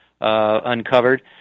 uncovered